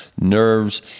nerves